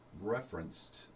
referenced